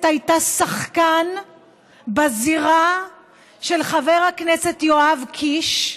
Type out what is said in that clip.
הייתה שחקן בזירה של חבר הכנסת יואב קיש,